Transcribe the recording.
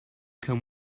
come